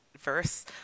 verse